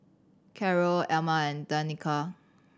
Carroll Elma and Danica